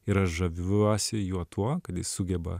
ir aš žaviuosi juo tuo kad jis sugeba